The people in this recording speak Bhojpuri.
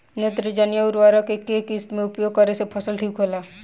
नेत्रजनीय उर्वरक के केय किस्त मे उपयोग करे से फसल ठीक होला?